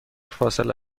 فاصله